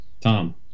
Tom